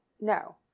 No